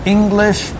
English